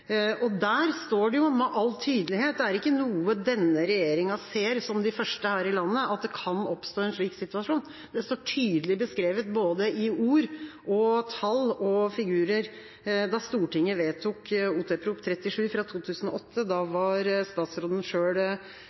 pensjonsforliket. Der står det jo med all tydelighet – det er ikke noe denne regjeringa ser som de første her i landet – at det kan oppstå en slik situasjon. Det står tydelig beskrevet både i ord, tall og figurer. Da Stortinget vedtok Ot.prp. nr. 37, var statsråden sjøl